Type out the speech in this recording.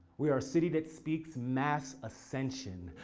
we are a city that speaks mass ascension.